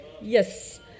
Yes